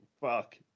fuck